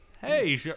Hey